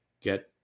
get